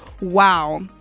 Wow